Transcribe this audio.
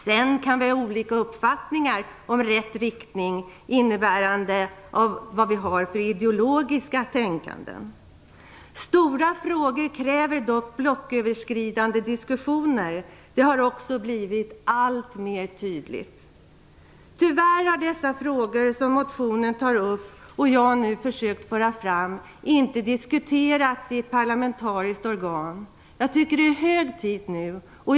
Sedan kan vi ha olika uppfattningar om vad som är rätt riktning, beroende på vad vi har för ideologiska tänkanden. Stora frågor kräver dock blocköverskridande diskussioner. Det har också blivit alltmer tydligt. Tyvärr har dessa frågor, som tas upp i motionen och som jag nu försökt föra fram, inte diskuterats i ett parlamentariskt organ. Det är hög tid nu att göra det.